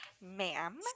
ma'am